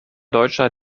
deutscher